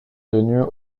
tenues